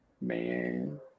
man